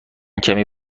کمی